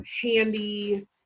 handy